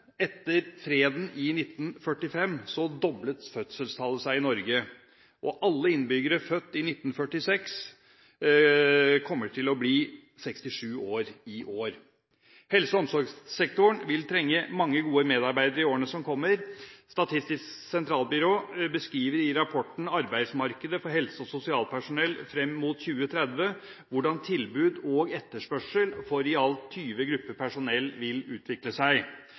etter freden i 1945 doblet fødselstallet seg i Norge, og alle innbyggere som er født i 1946, kommer til å bli 67 år i år. Helse- og omsorgssektoren vil trenge mange gode medarbeidere i årene som kommer. Statistisk sentralbyrå beskriver i rapporten «Arbeidsmarkedet for helse- og sosialpersonell fram mot 2030» hvordan tilbud og etterspørsel for i alt 20 grupper personell vil utvikle seg.